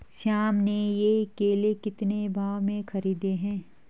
श्याम ने ये केले कितने भाव में खरीदे हैं?